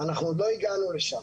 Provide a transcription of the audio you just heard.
אנחנו עוד לא הגענו לשם.